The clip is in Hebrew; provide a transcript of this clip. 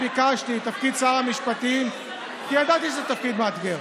ביקשתי את תפקיד שר המשפטים כי ידעתי שזה תפקיד מאתגר.